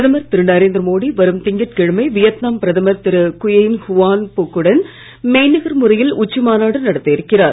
பிரதமர் திரு நரேந்திர மோடி வரும் திங்கட்கிழமை வியட்நாம் பிரதமர் திரு குயேன் யுவான் ஃபுக் குடன் மெய்நிகர் முறையில் உச்சி மாநாடு நடத்த இருக்கிறார்